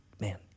man